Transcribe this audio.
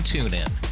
TuneIn